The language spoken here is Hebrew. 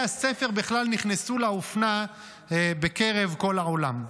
הספר בכלל נכנסו לאופנה בקרב כל העולם.